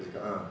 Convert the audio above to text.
dia cakap ah